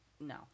No